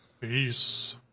Peace